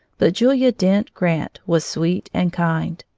but julia dent grant was sweet and kind.